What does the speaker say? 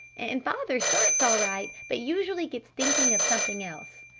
and father starts all right but usually gets thinking of something else!